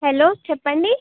hello చెప్పండి